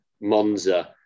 Monza